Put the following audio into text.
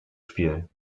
spiel